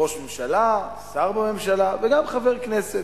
ראש ממשלה, שר בממשלה, וגם חבר כנסת.